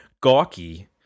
gawky